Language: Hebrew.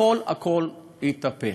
הכול הכול התהפך.